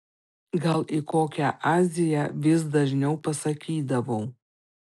gal į kokią aziją vis dažniau pasakydavau